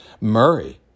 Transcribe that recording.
Murray